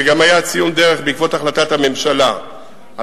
זה גם היה ציון דרך בעקבות החלטת הממשלה על